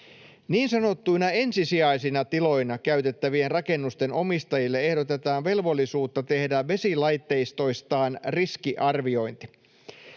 Niin sanottuina ensisijaisina tiloina käytettävien rakennusten omistajille ehdotetaan velvollisuutta tehdä vesilaitteistoistaan riskiarviointi.